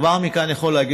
חבר הכנסת מיקי לוי.